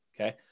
okay